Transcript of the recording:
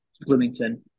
Bloomington